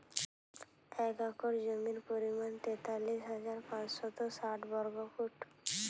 এক একর জমির পরিমাণ তেতাল্লিশ হাজার পাঁচশত ষাট বর্গফুট